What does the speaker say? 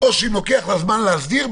או שאם לוקח לה זמן להסדיר,